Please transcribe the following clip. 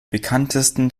bekanntesten